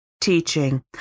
teaching